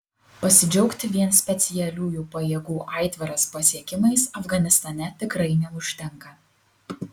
pasidžiaugti vien specialiųjų pajėgų aitvaras pasiekimais afganistane tikrai neužtenka